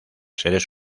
seres